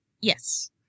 yes